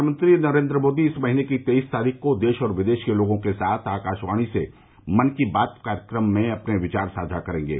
प्रधानमंत्री नरेन्द्र मोदी इस महीने की तेईस तारीख को देश और विदेश के लोगों के साथ आकाशवाणी से मन की बात कार्यक्रम में अपने विचार साझा करेंगे